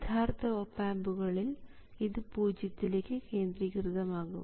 യഥാർത്ഥ ഓപ് ആമ്പുകളിൽ ഇത് പൂജ്യത്തിലേക്ക് കേന്ദ്രീകൃതം ആകും